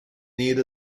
need